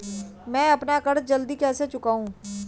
मैं अपना कर्ज जल्दी कैसे चुकाऊं?